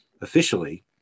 officially